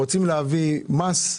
להביא מס,